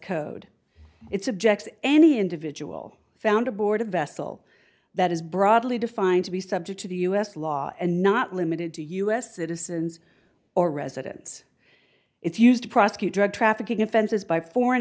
code it's objects any individual found to board a vessel that is broadly defined to be subject to the u s law and not limited to u s citizens or residents if used to prosecute drug trafficking offenses by foreign